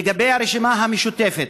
לגבי הרשימה המשותפת,